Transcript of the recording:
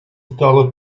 стало